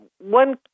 one